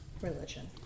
religion